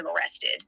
arrested